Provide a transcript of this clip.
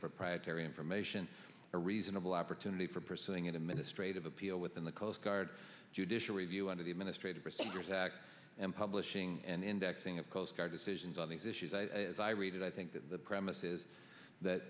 proprietary information a reasonable opportunity for pursuing an administrative appeal within the coastguard judicial review under the administrative procedures act and publishing and indexing of coast guard decisions on these issues as i read it i think that the premise is that